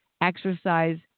exercise